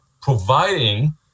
providing